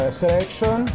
selection